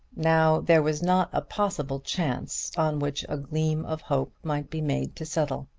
now there was not a possible chance on which a gleam of hope might be made to settle.